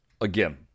again